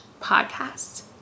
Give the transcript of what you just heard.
podcast